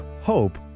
hope